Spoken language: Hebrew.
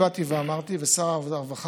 ומשרד ראש הממשלה,